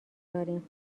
داریم